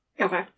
Okay